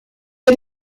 der